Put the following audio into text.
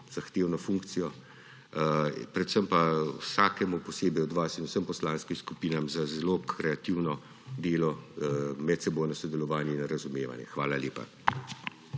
zahtevno funkcijo, predvsem pa vsakemu posebej od vas in vsem poslanskim skupinam za zelo kreativno delo, medsebojno sodelovanje in razumevanje. Hvala lepa.